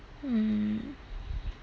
mm